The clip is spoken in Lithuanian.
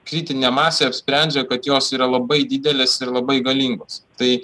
kritinė masė apsprendžia kad jos yra labai didelės ir labai galingos tai